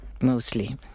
mostly